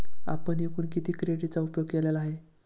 आपण एकूण किती क्रेडिटचा उपयोग केलेला आहे?